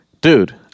dude